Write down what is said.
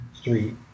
Street